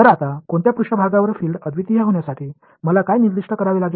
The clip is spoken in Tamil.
எனவே இப்போது எந்த மேற்பரப்பில் புலங்கள் தனித்துவமாக இருக்க நான் என்ன குறிப்பிட வேண்டும்